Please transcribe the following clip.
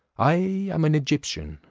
i am an egyptian,